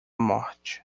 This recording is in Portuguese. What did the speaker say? morte